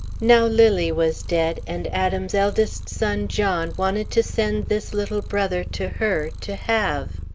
now lily was dead, and adam's eldest son, john, wanted to send this little brother to her, to have.